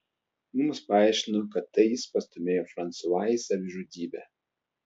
mums paaiškino kad tai jis pastūmėjo fransua į savižudybę